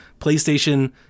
PlayStation